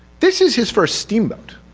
this is his first steamboat.